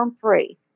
free